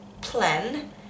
plan